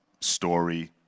story